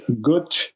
good